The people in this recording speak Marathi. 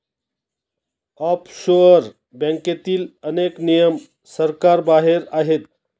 ऑफशोअर बँकेतील अनेक नियम सरकारबाहेर आहेत